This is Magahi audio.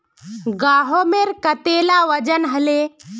गहोमेर कतेला वजन हले